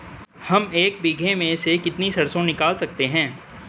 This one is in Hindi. हम एक बीघे में से कितनी सरसों निकाल सकते हैं?